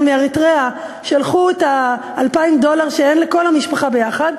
שלחו מאריתריאה את 2,000 הדולר שאין לכל המשפחה ביחד.